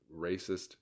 racist